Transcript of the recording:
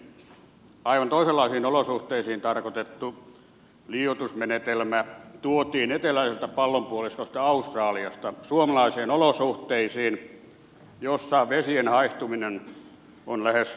alun perin aivan toisenlaisiin olosuhteisiin tarkoitettu liuotusmenetelmä tuotiin eteläiseltä pallonpuoliskolta australiasta suomalaisiin olosuhteisiin joissa vesien haihtuminen on lähes minimaalista